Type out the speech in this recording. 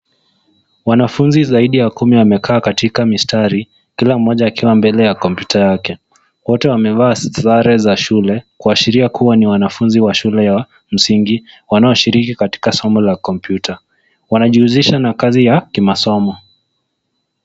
Wanafunzi zaidi ya kumi katika mistari kila moja akiwa mbele ya kompyuta yake. Wote wamevaa sare za shule kuashiria kuwa ni wanafunzi wa shule ya msingi wanaoshiriki katika somo la kompyuta. Wanjihusisha na kazi ya kimasomo.